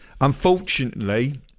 unfortunately